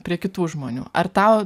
prie kitų žmonių ar tau